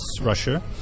Russia